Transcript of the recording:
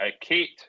Kate